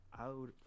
out